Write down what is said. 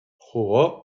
jugó